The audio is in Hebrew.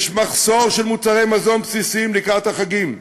יש מחסור של מוצרי מזון בסיסיים לקראת החגים,